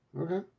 Okay